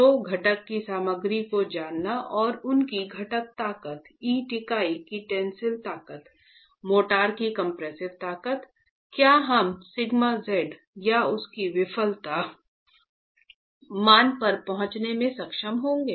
तो घटक की सामग्री को जानना और उनकी घटक ताकत ईंट इकाई की टेंसिल ताकत मोर्टार की कम्प्रेसिव ताकत क्या हम σ z या उसकी विफलता मान पर पहुंचने में सक्षम होंगे